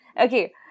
Okay